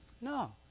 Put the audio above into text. No